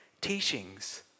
teachings